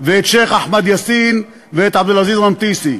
ואת שיח' אחמד יאסין ואת עבד אל-עזיז רנתיסי.